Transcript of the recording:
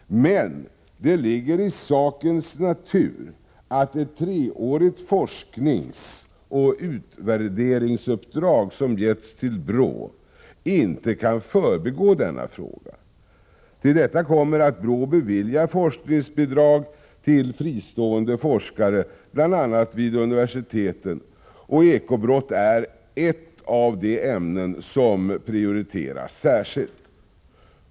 Men det ligger i sakens natur att det treåriga forskningsoch utvärderingsuppdrag som getts till BRÅ inte kan förbigå denna fråga. Till detta kommer att BRÅ beviljar forskningsbidrag till fristående forskare bl.a. vid universiteten, och eko-brott är ett av de ämnen som prioriteras särskilt.